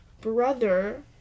brother